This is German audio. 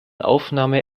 aufnahme